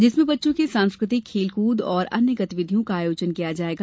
जिसमें बच्चों के सांस्कृतिक खेल कूद और अन्य गतिविधियों का आयोजन किया जायेगा